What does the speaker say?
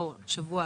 השנים,